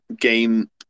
game